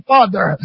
Father